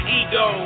ego